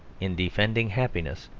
in defending happiness,